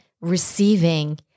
receiving